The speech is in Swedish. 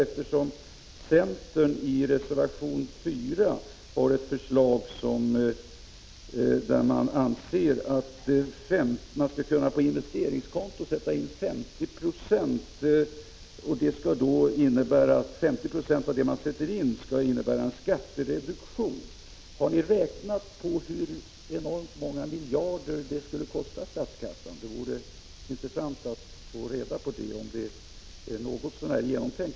Centern föreslår i reservation 4 att insättningar på ett privat investeringskonto skall berättiga till en skattereduktion med 50 96 av insatt belopp. Har ni räknat på hur många miljarder det skulle kosta statskassan? Det vore intressant att få reda på om förslaget är något så när genomtänkt.